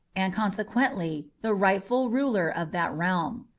and consequently the rightful ruler of that realm.